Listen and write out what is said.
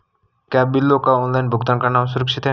क्या बिलों का ऑनलाइन भुगतान करना सुरक्षित है?